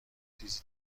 تیزی